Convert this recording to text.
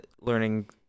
learning